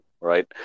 right